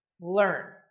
learn